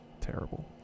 terrible